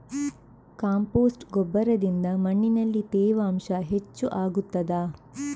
Compost ಗೊಬ್ಬರದಿಂದ ಮಣ್ಣಿನಲ್ಲಿ ತೇವಾಂಶ ಹೆಚ್ಚು ಆಗುತ್ತದಾ?